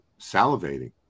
salivating